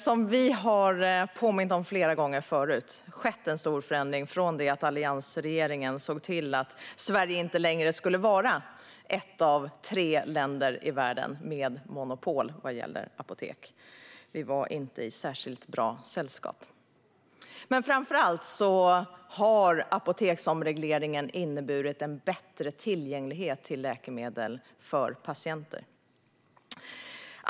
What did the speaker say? Som vi har påmint om flera gånger tidigare har det skett en stor förändring från det att alliansregeringen såg till att Sverige inte längre skulle vara ett av tre länder i världen med monopol vad gäller apotek. Vi var alltså inte i särskilt bra sällskap. Framför allt har apoteksomregleringen inneburit en bättre tillgänglighet till läkemedel för patienter.